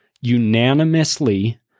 unanimously